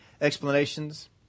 explanations